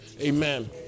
amen